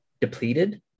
depleted